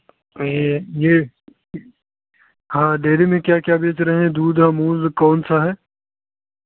ये ये हाँ डेरी में क्या क्या बेच रहे हैं दूध अमूल कौन सा है